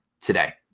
today